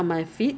it's better